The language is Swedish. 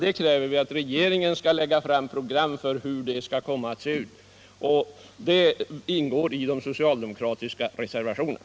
Vi kräver att regeringen skall lägga fram program för hur det skall komma att se ut. Detta krav ingår i de socialdemokratiska reservationerna.